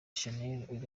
shanel